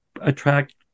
attract